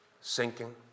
sinking